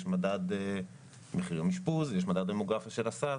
יש מדד מחיר יום אשפוז, יש מדד דמוגרפי של הסל.